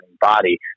body